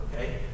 Okay